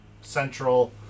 central